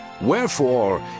Wherefore